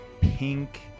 pink